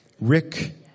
Rick